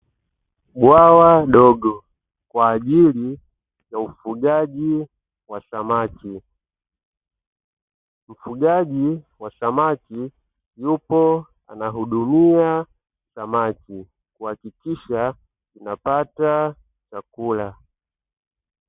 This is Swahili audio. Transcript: Bwawa dogo kwa ajili ya ufugaji wa samaki, mfugaji wa samaki yupo anahudumia samaki kuhakikisha wanapata chakula.